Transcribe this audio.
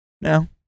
no